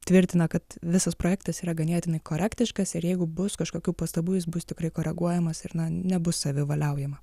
tvirtina kad visas projektas yra ganėtinai korektiškas ir jeigu bus kažkokių pastabų jis bus tikrai koreguojamas ir na nebus savivaliaujama